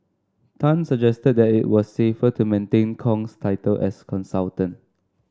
Tan suggested that it was safer to maintain Kong's title as consultant